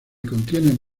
contienen